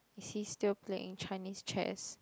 is he still playing Chinese chess